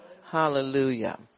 Hallelujah